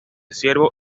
ciervo